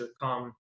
come